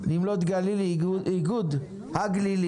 אני נמרוד גלילי, מאיגוד לשכות המסחר.